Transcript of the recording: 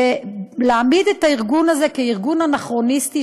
ולהעמיד את הארגון הזה כארגון אנכרוניסטי,